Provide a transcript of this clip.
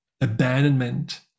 abandonment